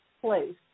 place